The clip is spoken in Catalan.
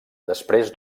després